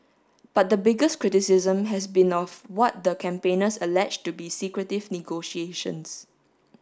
but the biggest criticism has been of what the campaigners allege to be secretive negotiations